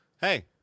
hey